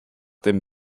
dem